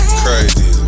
crazy